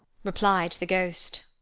replied the ghost,